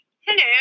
Hello